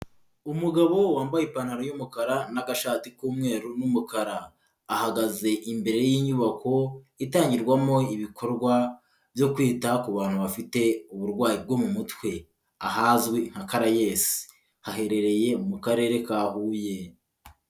Umugabo wambaye ipantaro y'umukara n'agashati k'umweru n'umukara. Ahagaze imbere y'inyubako itangirwamo ibikorwa byo kwita ku bantu bafite uburwayi bwo mu mutwe, ahazwi nka CARAES haherereye mu Karere ka Huye.